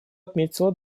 отметила